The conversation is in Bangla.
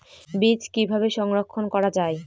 বীজ কিভাবে সংরক্ষণ করা যায়?